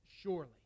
surely